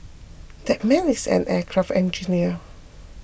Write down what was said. that man is an aircraft engineer